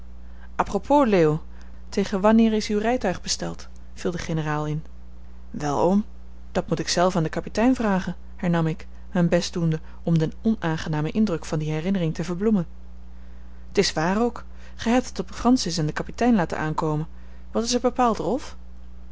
propos leo tegen wanneer is uw rijtuig besteld viel de generaal in wel oom dat moet ik zelf aan den kapitein vragen hernam ik mijn best doende om den onaangenamen indruk van die herinnering te verbloemen t is waar ook gij hebt het op francis en den kapitein laten aankomen wat is er bepaald rolf